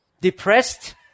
depressed